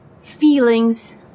feelings